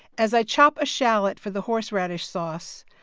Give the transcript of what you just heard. as i chop a shallot for the horseradish sauce,